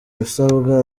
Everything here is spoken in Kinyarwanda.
ibisabwa